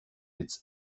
its